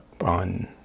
on